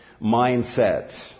mindset